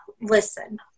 listen